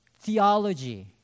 theology